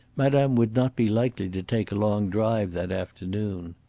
madame would not be likely to take a long drive that afternoon.